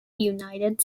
united